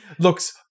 Looks